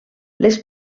les